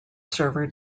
server